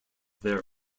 their